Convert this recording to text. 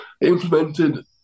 implemented